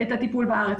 את הטיפול בארץ.